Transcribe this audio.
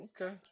Okay